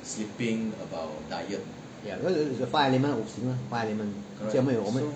because it's the five element 五行 five element 而且我们有我们